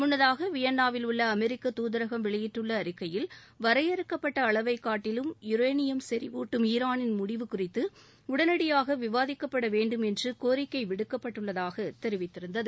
முன்னதாக வியன்னாவில் உள்ள அமெரிக்க துதரகம் வெளியிட்டுள்ள அறிக்கையில் வரையறுக்கப்பட்ட அளவை காட்டிலும் யுரேனியம் செறிவூட்டும் ஈரானின் முடிவு குறித்து உடனடியாக விவாதிக்கப்பட வேண்டும் என்று கோரிக்கை விடுக்கப்பட்டுள்ளதாக தெரிவித்திருந்தது